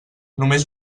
només